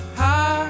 high